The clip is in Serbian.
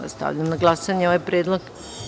Stavljam na glasanje ovaj predlog.